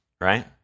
right